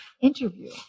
interview